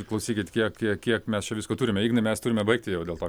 klausykit kiek kiek kiek mes čia visko turime ignai mes turime baigti jau dėl to kad